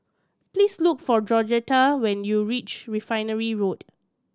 please look for Georgetta when you reach Refinery Road